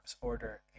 Order